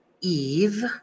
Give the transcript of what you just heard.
Eve